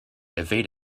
evade